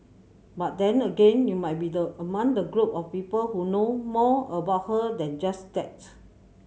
but then again you might be the among the group of people who know more about her than just that